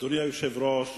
אדוני היושב-ראש,